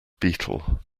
beetle